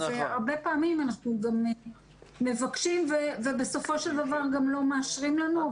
הרבה פעמים אנחנו גם מבקשים ובסופו של דבר גם לא מאשרים לנו.